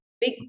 big